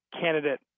candidate